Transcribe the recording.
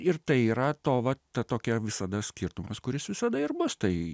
ir tai yra to va ta tokia visada skirtumas kuris visada ir bus tai